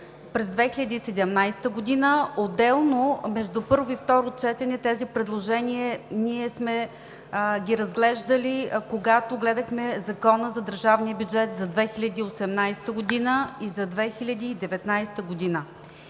през 2017 г., отделно между първо и второ четене тези предложения ние сме ги разглеждали, когато гледахме Закона за държавния бюджет за 2018 г. и за 2019 г.